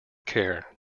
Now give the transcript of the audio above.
care